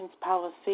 policy